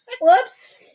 Whoops